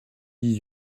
dix